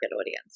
audience